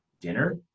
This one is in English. dinner